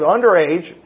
Underage